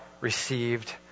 received